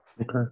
Okay